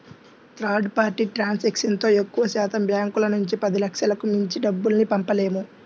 third party ట్రాన్సాక్షన్తో ఎక్కువశాతం బ్యాంకుల నుంచి పదిలక్షలకు మించి డబ్బుల్ని పంపలేము